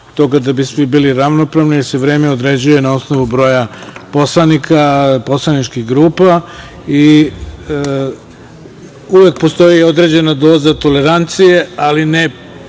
da bismo bili ravnopravni, jer se vreme određuje na osnovu broja poslanika poslaničkih grupa. Uvek postoji određena doza tolerancije, ali ne